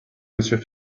monsieur